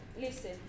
listen